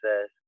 says